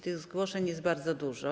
Tych zgłoszeń jest bardzo dużo.